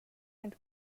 and